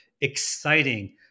exciting